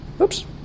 Oops